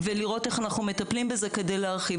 ולראות איך אנחנו מטפלים בזה כדי להרחיב.